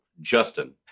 Justin